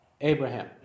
Abraham